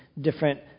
different